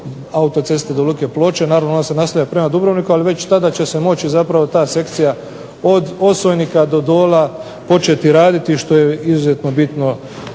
autoceste do luke Ploče, naravno ona se nastavlja prema Dubrovniku, ali već tada će se moći zapravo ta sekcija od Osojnika do Dola početi raditi što je izuzetno bitno